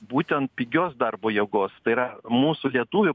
būtent pigios darbo jėgos tai yra mūsų lietuvių